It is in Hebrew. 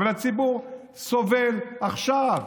אבל הציבור סובל עכשיו,